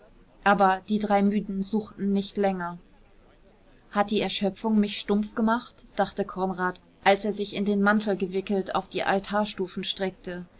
aber die drei müden suchten nicht länger hat die erschöpfung mich stumpf gemacht dachte konrad als er sich in den mantel gewickelt auf die altarstufen streckte